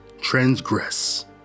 transgress